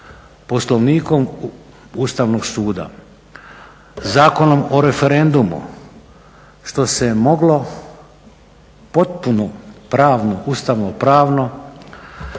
Poslovnikom Ustavnog suda, Zakonom o referendumu, što se moglo potpuno pravno, ustavnopravno